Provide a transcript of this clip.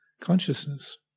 consciousness